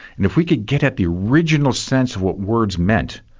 and if we could get at the original sense of what words meant,